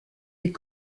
des